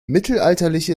mittelalterliche